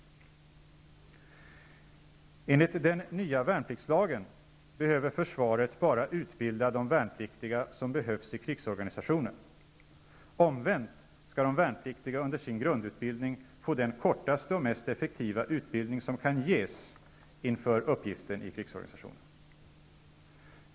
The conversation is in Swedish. Enligt den nya värnpliktslagen behöver försvaret bara utbilda de värnpliktiga som behövs i krigsorganisationen. Omvänt skall de värnpliktiga under sin grundutbildning få den kortaste och mest effektiva utbildning som kan ges inför uppgiften i krigsorganisationen.